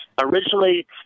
Originally